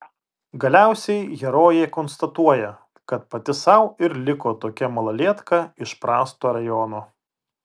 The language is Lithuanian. galiausiai herojė konstatuoja kad pati sau ir liko tokia malalietka iš prasto rajono